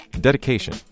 dedication